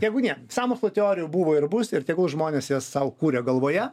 tebūnie sąmokslo teorijų buvo ir bus ir tegul žmonės jas sau kuria galvoje